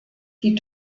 die